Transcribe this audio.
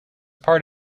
part